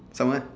someone